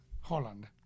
Holland